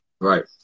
Right